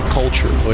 culture